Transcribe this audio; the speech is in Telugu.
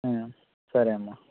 సరే అమ్మా